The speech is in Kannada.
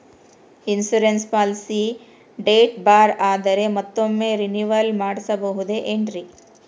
ಇನ್ಸೂರೆನ್ಸ್ ಪಾಲಿಸಿ ಡೇಟ್ ಬಾರ್ ಆದರೆ ಮತ್ತೊಮ್ಮೆ ರಿನಿವಲ್ ಮಾಡಿಸಬಹುದೇ ಏನ್ರಿ?